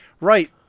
Right